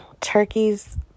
Turkeys